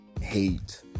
hate